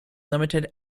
limited